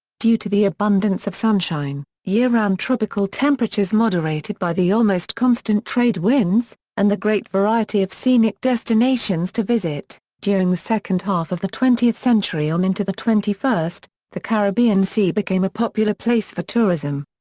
due to the abundance of sunshine, year-round tropical temperatures moderated by the almost constant trade winds, and the great variety of scenic destinations to visit, during the second half of the twentieth century on into the twenty first, the caribbean sea became a popular place for tourism.